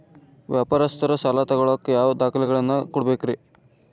ವ್ಯಾಪಾರಸ್ಥರು ಸಾಲ ತಗೋಳಾಕ್ ಯಾವ ದಾಖಲೆಗಳನ್ನ ಕೊಡಬೇಕ್ರಿ?